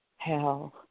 Hell